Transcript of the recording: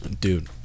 Dude